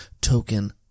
token